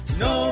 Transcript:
no